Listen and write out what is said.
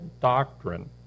doctrine